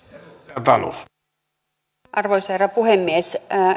arvoisa herra puhemies